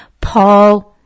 Paul